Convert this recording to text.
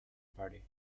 party